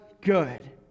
good